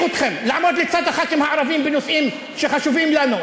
אתכם לעמוד לצד חברי הכנסת הערבים בנושאים שחשובים לנו.